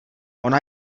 ona